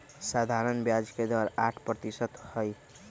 सधारण ब्याज के दर आठ परतिशत हई